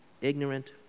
ignorant